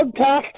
podcast